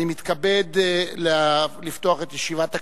אני מתכבד לפתוח את ישיבת הכנסת.